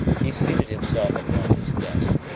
he seated himself upon his desk,